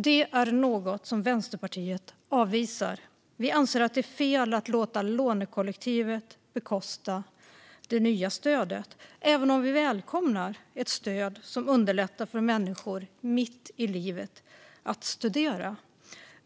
Det är något som Vänsterpartiet avvisar. Vi anser att det är fel att låta lånekollektivet bekosta det nya stödet, även om vi välkomnar ett stöd som underlättar för människor mitt i livet att studera.